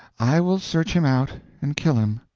i will search him out and kill him.